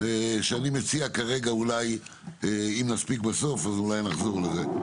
אם נספיק בסוף, אז אולי נחזור לזה.